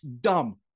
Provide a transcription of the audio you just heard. dumb